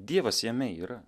dievas jame yra